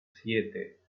siete